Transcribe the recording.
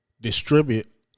distribute